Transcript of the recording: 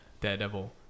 Daredevil